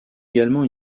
également